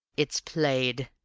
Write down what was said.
it's played,